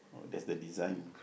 there's the design